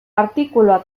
artikulua